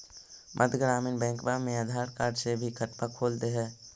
मध्य ग्रामीण बैंकवा मे आधार कार्ड से भी खतवा खोल दे है?